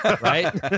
Right